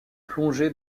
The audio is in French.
plongé